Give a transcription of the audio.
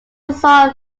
result